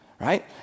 Right